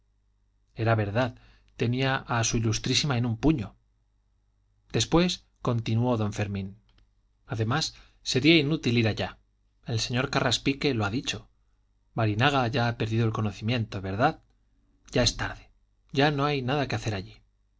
era verdad tenía a s i en un puño después continuó don fermín además sería inútil ir allá el señor carraspique lo ha dicho barinaga ya ha perdido el conocimiento verdad ya es tarde ya no hay que hacer allí